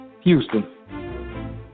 Houston